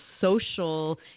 social